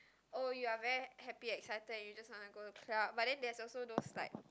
oh you are very happy excited and you just wanna go to club but then there's also those like